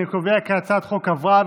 אני קובע כי הצעת החוק עברה,